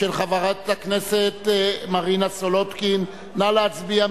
של חברת הכנסת מרינה סולודקין - נא להצביע.